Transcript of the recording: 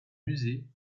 musée